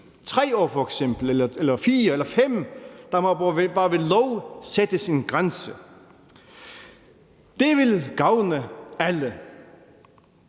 5 år. Der må bare ved lov sættes en grænse. Det ville gavne alle